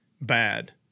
bad